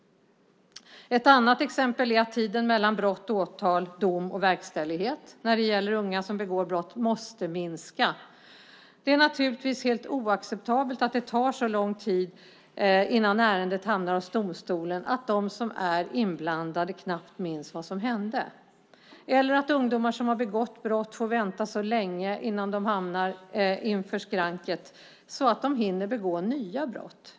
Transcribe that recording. Ett annat exempel är att tiden mellan brott och åtal samt dom och verkställighet när det gäller unga som begår brott måste minska. Det är naturligtvis helt oacceptabelt att det tar så lång tid innan ärendet hamnar hos domstolen att de som är inblandade knappt minns vad som hände eller att ungdomar som har begått brott får vänta så länge innan de hamnar inför skranket att de hinner begå nya brott.